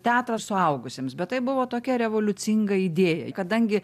teatras suaugusiems bet tai buvo tokia revoliucinga idėja kadangi